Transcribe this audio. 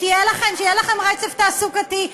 שיהיה לכן רצף תעסוקתי.